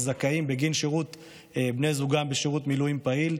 הזכאים בגין שירות בני זוגם בשירות מילואים פעיל,